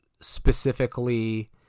specifically